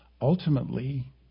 ultimately